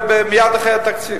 מייד אחרי התקציב.